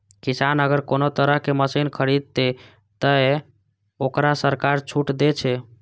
किसान अगर कोनो तरह के मशीन खरीद ते तय वोकरा सरकार छूट दे छे?